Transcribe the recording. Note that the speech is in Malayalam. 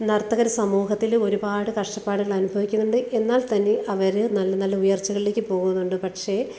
നർത്തകര് സമൂഹത്തില് ഒരുപാട് കഷ്ടപ്പാടുകൾ അനുഭവിക്കുന്നുണ്ട് എന്നാൽ തന്നെ അവര് നല്ല നല്ല ഉയർച്ചകളിലേക്ക് പോകുന്നുണ്ട് പക്ഷെ